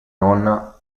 nonna